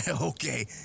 Okay